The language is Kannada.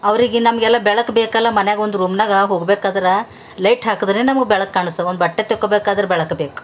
ಅವರಿಗೆ ನಮಗೆಲ್ಲ ಬೆಳಕು ಬೇಕಲ್ಲ ಮನ್ಯಾಗ ಒಂದು ರೂಮ್ನಾಗ ಹೋಗ್ಬೇಕಾದ್ರೆ ಲೈಟ್ ಹಾಕಿದ್ರೆ ನಮಗೆ ಬೆಳಕು ಕಾಣ್ಸ್ತವೆ ಒಂದು ಬಟ್ಟೆ ತೊಗೋಬೇಕಾದ್ರೆ ಬೆಳಕು ಬೇಕು